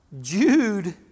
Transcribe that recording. Jude